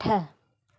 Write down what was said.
अठ